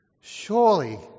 Surely